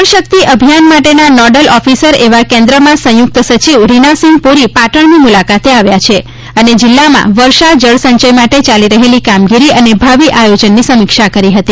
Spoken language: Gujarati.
જળ શક્તિ અભિયાન માટેના નોડલ ઓફિસર એવા કેન્દ્રમાં સંયુક્ત સચિવ રીનાસિંહ પુરી પાટણની મુલાકાતે આવ્યા છે અને જિલ્લામાં વર્ષાજળ સંચય માટે ચાલી રહેલી કામગીરી અને ભાવી આયોજનની સમીક્ષા કરી હતી